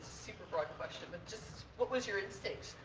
super broad question. but just what was your instinct?